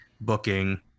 booking